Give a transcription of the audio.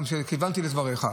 כיוונתי לדבריך.